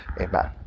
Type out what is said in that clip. Amen